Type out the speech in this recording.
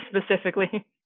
specifically